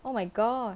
oh my gosh